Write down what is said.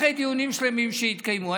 אחרי דיונים שלמים שהתקיימו.